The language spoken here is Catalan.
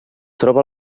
troba